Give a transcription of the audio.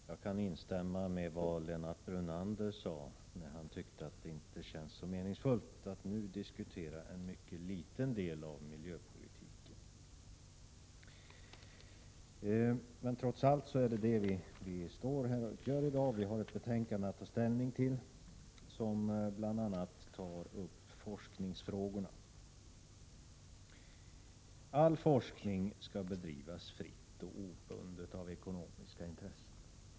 Herr talman! Jag kan instämma i vad Lennart Brunander sade om att det inte känns så meningsfullt att nu diskutera en mycket liten del av miljöpolitiken. Trots allt gör vi det häri dag. Det finns ett betänkande att ta ställning till, där bl.a. forskningsfrågorna tas upp. All forskning skall bedrivas fritt och obundet av ekonomiska intressen.